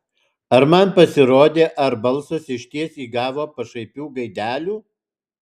ar man pasirodė ar balsas išties įgavo pašaipių gaidelių